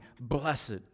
Blessed